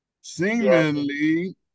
Seemingly